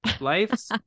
Life's